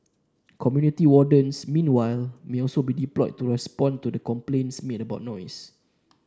community wardens meanwhile may also be deployed to respond to the complaints about noise